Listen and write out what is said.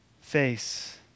face